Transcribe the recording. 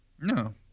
No